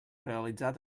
realitzar